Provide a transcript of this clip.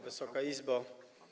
Wysoka Izbo!